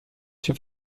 się